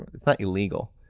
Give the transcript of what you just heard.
it's not illegal,